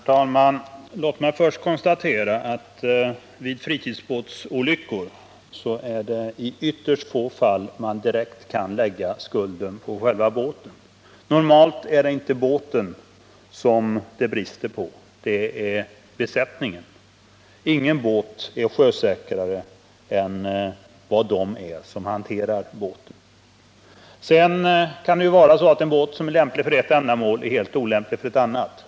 Herr talman! Låt mig först konstatera att man vid fritidsbåtsolyckor i ytterst få fall kan lägga skulden på själva båten. Normalt är det besättningen som har brister. Ingen båt är sjösäkrare än de personer som hanterar båten. Det kan också vara så att en båt som är lämplig för ett ändamål är helt olämplig för ett annat.